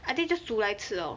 I think just 煮来吃 lor